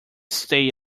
stay